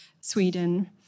Sweden